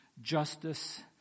Justice